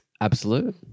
Absolute